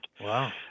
Wow